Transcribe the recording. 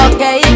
Okay